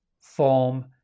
form